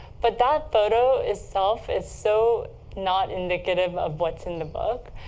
but that photo itself is so not indicative of what's in the book,